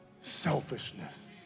selfishness